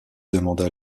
demanda